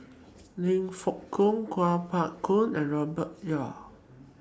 Lim Fong Jock Kuo Pao Kun and Robert Yeo